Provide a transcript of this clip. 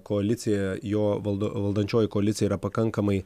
koalicija jo valdo valdančioji koalicija yra pakankamai